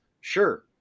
Sure